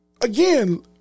Again